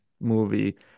movie